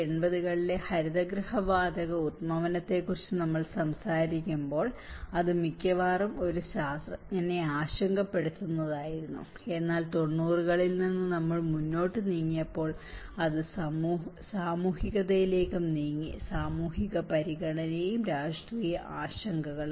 1980 കളിലെ ഹരിതഗൃഹ വാതക ഉദ്വമനത്തെക്കുറിച്ച് നമ്മൾ സംസാരിക്കുമ്പോൾ അത് മിക്കവാറും ഒരു ശാസ്ത്രജ്ഞനെ ആശങ്കപ്പെടുത്തുന്നതായിരുന്നു എന്നാൽ 90 കളിൽ നിന്ന് നമ്മൾ മുന്നോട്ട് നീങ്ങിയപ്പോൾ അത് സാമൂഹികതയിലേക്കും നീങ്ങി സാമൂഹിക പരിഗണനയും രാഷ്ട്രീയ ആശങ്കയും